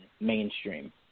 mainstream